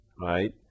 right